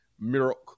miracle